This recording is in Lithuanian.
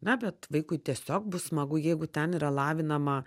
na bet vaikui tiesiog bus smagu jeigu ten yra lavinama